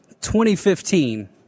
2015